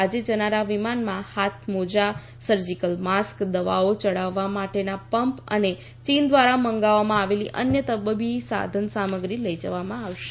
આજે જનારા વિમાનમાં હાથ મોજા સર્જીકલ માસ્ક દવાઓ ચઢાવવા માટેના પંપ અને ચીન દ્વારા મંગાવવામાં આવેલી અન્ય તબીબી સાધન સામગ્રી લઈ જવામાં આવશે